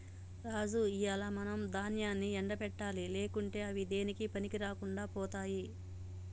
రాజు ఇయ్యాల మనం దాన్యాన్ని ఎండ పెట్టాలి లేకుంటే అవి దేనికీ పనికిరాకుండా పోతాయి